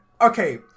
okay